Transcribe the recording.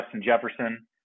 Jefferson